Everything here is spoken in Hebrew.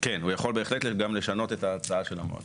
כן, הוא יכול בהחלט גם לשנות את ההצעה שלו.